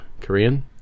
Korean